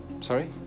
sorry